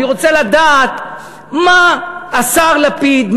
אני רוצה לדעת מה השר לפיד,